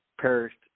perished